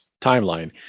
timeline